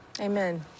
Amen